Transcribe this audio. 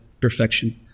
perfection